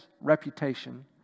reputation